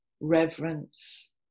reverence